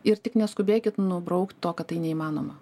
ir tik neskubėkit nubraukt to kad tai neįmanoma